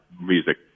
music